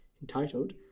entitled